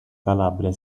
calabria